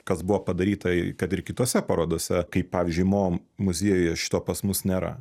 kas buvo padaryta kad ir kitose parodose kaip pavyzdžiui mo muziejuje šito pas mus nėra